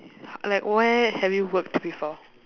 like where have you worked before